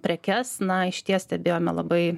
prekes na išties stebėjome labai